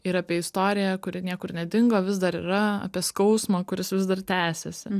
ir apie istoriją kuri niekur nedingo vis dar yra apie skausmą kuris vis dar tęsiasi